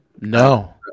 No